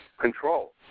control